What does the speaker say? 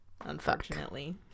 unfortunately